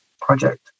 project